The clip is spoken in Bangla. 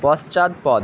পশ্চাৎপদ